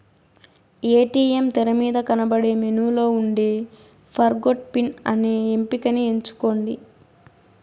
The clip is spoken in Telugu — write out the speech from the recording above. ఏ.టీ.యం తెరమీద కనబడే మెనూలో ఉండే ఫర్గొట్ పిన్ అనే ఎంపికని ఎంచుకోండి